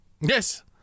Yes